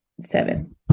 Seven